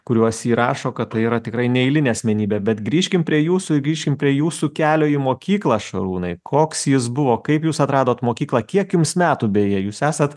kuriuos ji rašo kad tai yra tikrai neeilinė asmenybė bet grįžkim prie jūsų grįžkim prie jūsų kelio į mokyklą šarūnai koks jis buvo kaip jūs atradot mokyklą kiek jums metų beje jūs esat